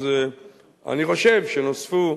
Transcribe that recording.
אני חושב שנוספו,